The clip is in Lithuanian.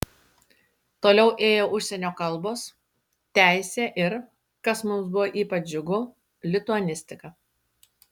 toliau ėjo užsienio kalbos teisė ir kas mums buvo ypač džiugu lituanistika